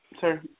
Sir